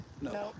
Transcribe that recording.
no